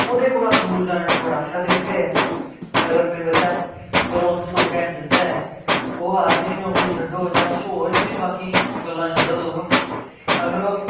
ओह्दे कोला दूर जाने दा इक बड़ा अच्छा तरीका ऐ अगर कोई बच्चा ग्राउंड च दो टैम जंदा ऐ ओह् आर्मी दी नौकरी छड्डो जां किश होर बी बाकी गल्लां छड्डो तुस अगर ओह्